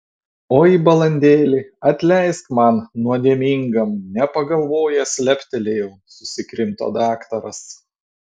oi balandėli atleisk man nuodėmingam nepagalvojęs leptelėjau susikrimto daktaras